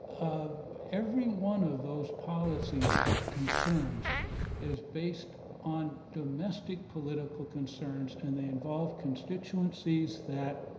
every one of those policy concerns is based on domestic political concerns and they involve constituencies that